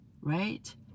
right